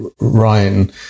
Ryan